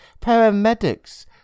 Paramedics